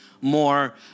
more